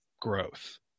growth